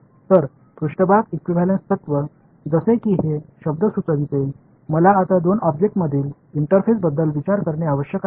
எனவே surface equivalence கோட்பாடுகள் என்றாள் நீங்கள் இப்போது இரண்டு பொருள்களுக்கு இடையிலான இன்டா்பேஸ் பற்றி சிந்திக்க வேண்டும் என்று பரிந்துரைக்கிறீர்கள்